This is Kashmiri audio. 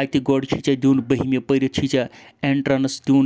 اَتہِ گۄڈٕ چھِ ژےٚ دیُن بٔہمہِ پٔرِتھ چھی ژےٚ اٮ۪نٹرَنٕس دیُن